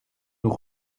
nous